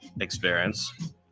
experience